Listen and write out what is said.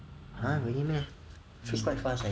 !huh! really meh feels quite fast eh